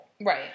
Right